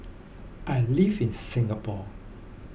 I live in Singapore